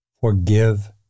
Forgive